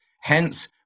hence